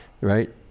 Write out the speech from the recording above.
right